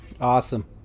awesome